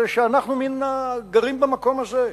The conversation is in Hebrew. זה שאנחנו מן הגרים במקום הזה.